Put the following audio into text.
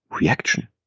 reaction